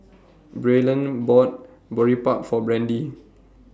Braylen bought Boribap For Brandy